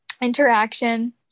interaction